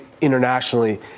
internationally